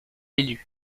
élu